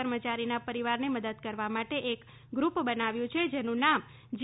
કર્મચારીના પરિવારને મદદ કરવા માટે એક ગ્રપ બનાવ્યુ છે જેનું નામ જી